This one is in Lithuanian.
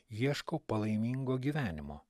ieškau palaimingo gyvenimo